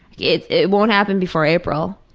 it it won't happen before april.